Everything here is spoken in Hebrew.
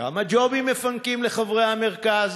כמה ג'ובים מפנקים לחברי המרכז,